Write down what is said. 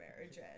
marriage